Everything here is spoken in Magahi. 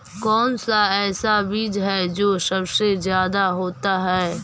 कौन सा ऐसा बीज है जो सबसे ज्यादा होता है?